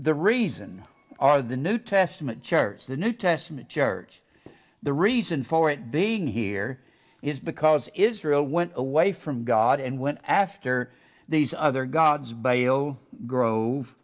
the reason are the new testament church the new testament church the reason for it being here is because israel went away from god and went after these other gods bio gro